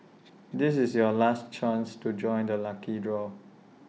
this is your last chance to join the lucky draw